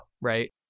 right